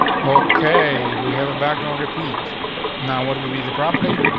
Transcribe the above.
okay, we have a background. repeat now, what will be the property?